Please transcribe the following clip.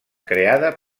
creada